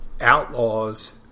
outlaws